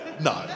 No